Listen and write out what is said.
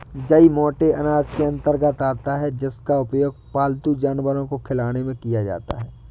जई मोटे अनाज के अंतर्गत आता है जिसका उपयोग पालतू जानवर को खिलाने में किया जाता है